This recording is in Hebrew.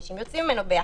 אנשים יוצאים ממנו ביחד,